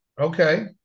Okay